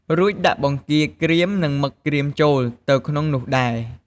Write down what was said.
រួចដាក់ បង្គាក្រៀម និង មឹកក្រៀមចូលទៅក្នុងនោះដែរ។